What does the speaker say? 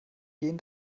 gehen